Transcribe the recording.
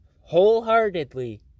wholeheartedly